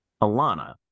Alana